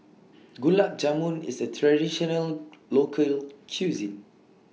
Gulab Jamun IS A Traditional Local Cuisine